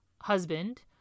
husband